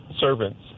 servants